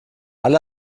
alle